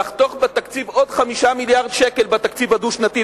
לחתוך בתקציב עוד 5 מיליארדי שקל בתקציב הדו-שנתי,